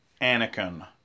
Anakin